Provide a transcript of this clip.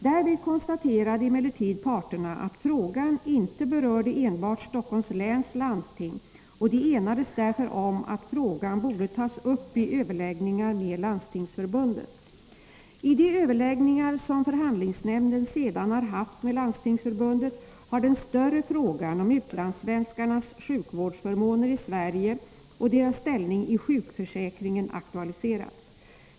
Därvid konstaterade emellertid parterna att frågan inte berörde enbart Stockholms läns landsting, och de enades därför om att frågan borde tas upp i överläggningar med Landstingsförbundet. I de överläggningar som förhandlingsnämnden sedan har haft med Landstingsförbundet har den större frågan om utlandsvenskarnas sjukvårdsförmåner i Sverige och deras ställning i sjukförsäkringen aktualiserats.